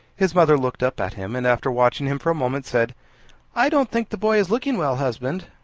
his mother looked up at him, and, after watching him for a moment, said i don't think the boy is looking well, husband.